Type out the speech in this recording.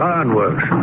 Ironworks